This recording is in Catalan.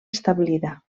establida